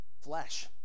flesh